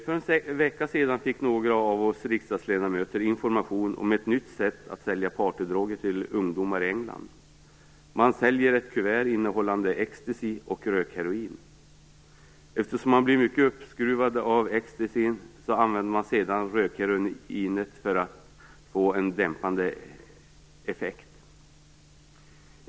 För en vecka sedan fick några av oss riksdagsledamöter information om ett nytt sätt att sälja partydroger till ungdomar i England. Man säljer ett kuvert innehållande ecstasy och rökheroin. Eftersom man blir mycket uppskruvad av ecstasy använder man sedan rökheroinet för att få en dämpande effekt.